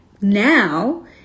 now